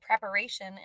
preparation